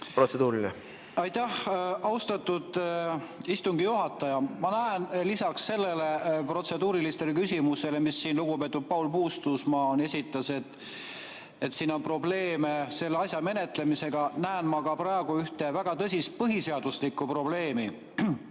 Aitäh, austatud istungi juhataja! Lisaks sellele protseduurilisele küsimusele, mis lugupeetud Paul Puustusmaa esitas, et siin on probleeme selle asja menetlemisega, näen ma praegu ühte väga tõsist põhiseaduslikku probleemi.